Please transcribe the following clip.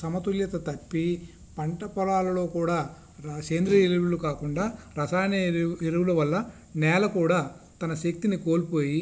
సమతుల్యత తప్పి పంట పొలాలలో కూడా సేంద్రియ ఎరువులు కాకుండా రసాయన ఎరువుల వళ్ళ నేల కూడా తన శక్తిని కోల్పోయి